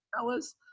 Fellas